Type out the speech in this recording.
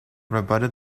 rebutted